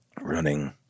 Running